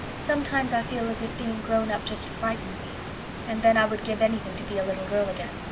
sometimes i feel as if being grown-up just frightened me and then i would give anything to be a little girl again.